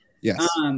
Yes